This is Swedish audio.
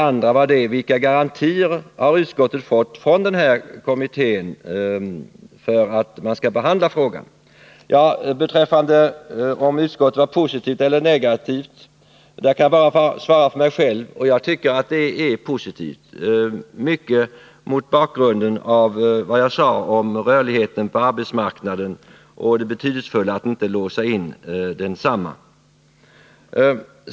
Jag kan bara svara för mig själv. Jag är positivt inställd, mycket mot bakgrund av vad jag sade om rörligheten på arbetsmarknaden och det betydelsefulla i att inte låsa densamma.